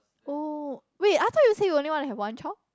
oh wait I thought you say you only want to have one child